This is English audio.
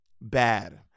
bad